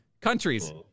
countries